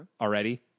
already